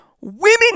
women